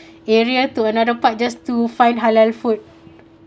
area to another part just to find halal food